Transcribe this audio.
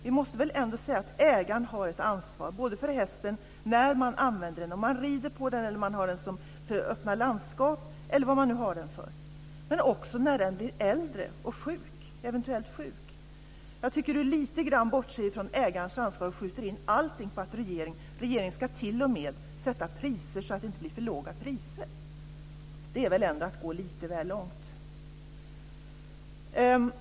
Vi måste väl ändå säga att ägaren har ett ansvar för hästen när man använder den, om man rider på den eller har den för att hålla landskapet öppet, och även när den blir äldre och eventuellt sjuk. Jag tycker att Gudrun Lindvall lite grann bortser från ägarens ansvar och skjuter in allting på regeringen, den ska t.o.m. sätta priser så att de inte blir för låga. Det är väl ändå att gå lite väl långt.